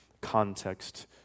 context